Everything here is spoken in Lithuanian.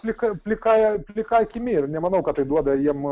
plika plikąja plika akimi ir nemanau kad tai duoda jiem